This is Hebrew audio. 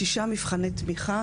לשישה מבחני תמיכה,